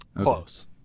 close